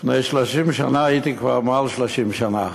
לפני 30 שנה הייתי כבר מעל 30 שנה.